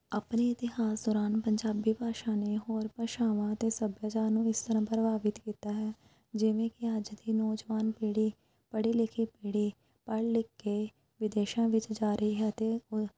ਆਪਣੇ ਇਤਿਹਾਸ ਦੌਰਾਨ ਪੰਜਾਬੀ ਭਾਸ਼ਾ ਨੇ ਹੋਰ ਭਾਸ਼ਾਵਾਂ ਅਤੇ ਸੱਭਿਆਚਾਰ ਨੂੰ ਇਸ ਤਰ੍ਹਾਂ ਪ੍ਰਭਾਵਿਤ ਕੀਤਾ ਹੈ ਜਿਵੇਂ ਕਿ ਅੱਜ ਦੀ ਨੌਜਵਾਨ ਪੀੜੀ ਪੜ੍ਹੇ ਲਿਖੇ ਪੀੜੀ ਪੜ੍ਹ ਲਿਖ ਕੇ ਵਿਦੇਸ਼ਾਂ ਵਿੱਚ ਜਾ ਰਹੀ ਹੈ ਅਤੇ